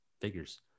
Figures